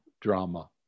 drama